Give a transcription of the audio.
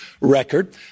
record